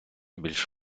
більш